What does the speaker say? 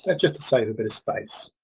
and just to save a bit of space.